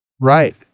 Right